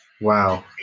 Wow